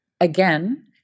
Again